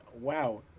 wow